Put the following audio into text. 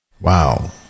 Wow